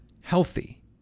healthy